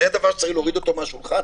זה דבר שצריך להוריד אותו מהשולחן.